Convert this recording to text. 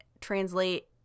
translate